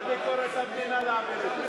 לוועדת ביקורת המדינה להעביר את זה.